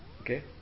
okay